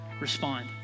respond